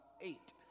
eight